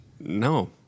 No